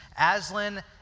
Aslan